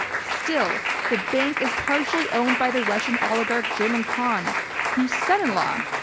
still the bank is partially owned by the russian oligarch german khan whose son in law,